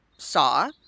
saw